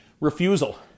refusal